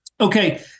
Okay